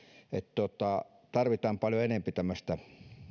vaan tarvitaan paljon enempi